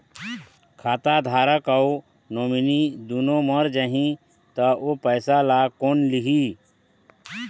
खाता धारक अऊ नोमिनि दुनों मर जाही ता ओ पैसा ला कोन लिही?